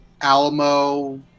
Alamo